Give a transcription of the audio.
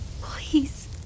Please